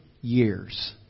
years